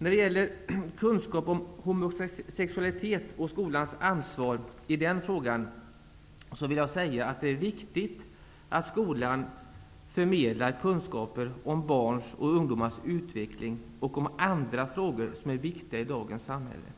När det gäller kunskap om homosexualitet och skolans ansvar i den frågan vill jag säga att det är viktigt att skolan förmedlar kunskaper om barns och ungdomars utveckling och om andra frågor som är viktiga i dagens samhälle.